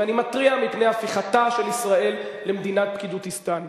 ואני מתריע מפני הפיכתה של ישראל למדינת "פקידותיסטן".